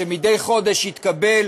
שמדי חודש יתקבל